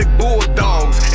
bulldogs